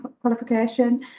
qualification